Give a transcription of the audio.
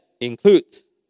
includes